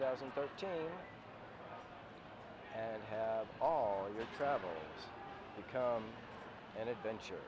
thousand and thirteen and have all your travel become an adventure